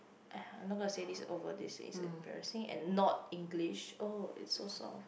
!aiya! I'm not gonna say this over this it is embarrassing and not English oh it's so soft